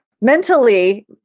mentally